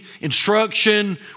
instruction